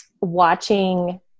watching